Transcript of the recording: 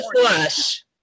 flush